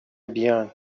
بیان